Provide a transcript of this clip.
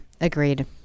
agreed